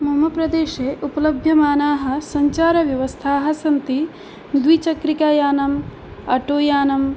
मम प्रदेशे उपलभ्यमानाः सञ्चारव्यवस्थाः सन्ति द्विचक्रिकायानम् आटो यानं